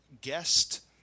guest